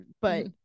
but-